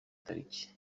tariki